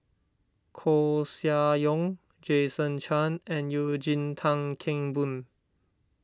Koeh Sia Yong Jason Chan and Eugene Tan Kheng Boon